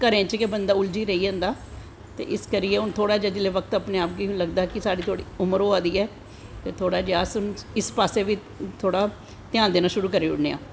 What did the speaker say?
घरें च गै बंदा उलझियै रेही जंदा ते हून जिसलै कि थोह्ड़ा जेहा बक्त अपनें आप गी लगदा ते उमर होआ दी ऐ ते थोह्ड़ा जेहा अस इस पास्सै बी थोह्ड़ा धायान देनां शुऱु करी ओड़नें आं